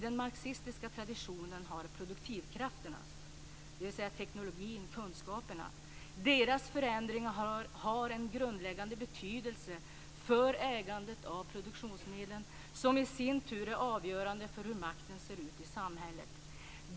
I den marxistiska traditionen har produktivkrafternas, dvs. teknologins och kunskapernas, förändringar en grundläggande betydelse för ägandet av produktionsmedlen - som i sin tur är avgörande för hur makten ser ut i samhället.